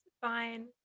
fine